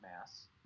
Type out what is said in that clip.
mass